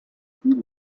pluie